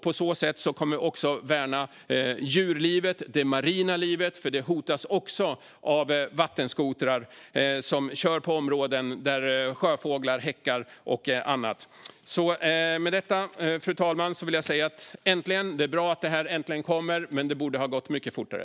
På så sätt kommer vi också att värna djurlivet och det marina livet. Det hotas nämligen av att vattenskotrar kör i områden där bland annat sjöfåglar häckar. Fru talman! Det är bra att det här äntligen kommer. Men det borde ha gått mycket fortare.